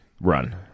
run